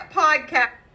podcast